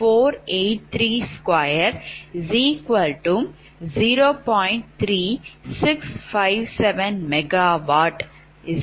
என்பதை பெறலாம்